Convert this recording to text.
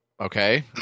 Okay